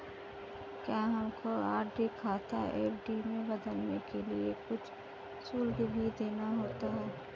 क्या हमको आर.डी खाता एफ.डी में बदलने के लिए कुछ शुल्क भी देना होता है?